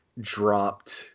dropped